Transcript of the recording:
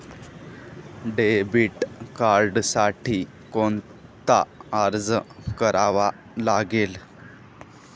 Debit कार्डसाठी कोणता अर्ज करावा लागेल?